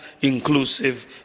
inclusive